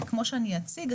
וכמו שאני אציג,